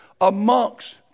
amongst